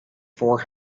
four